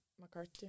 McCarthy